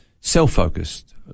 self-focused